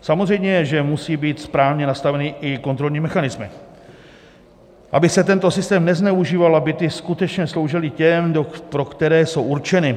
Samozřejmě že musí být správně nastavené i kontrolní mechanismy, aby se tento systém nezneužíval a byty skutečně sloužily těm, pro které jsou určeny.